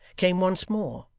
came once more,